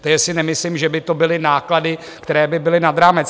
Tady si nemyslím, že by to byly náklady, které by byly nad rámec.